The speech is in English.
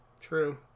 True